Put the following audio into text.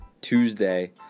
Tuesday